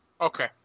okay